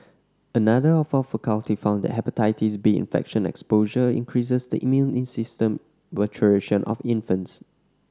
another of our faculty found that Hepatitis B infection exposure increases the immune system maturation of infants